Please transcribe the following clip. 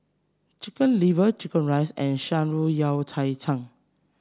Chicken Liver chicken rice and shan rui Yao Cai chang